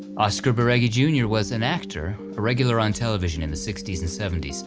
oscar beregi jr. was an actor, a regular on television in the sixty s and seventy s,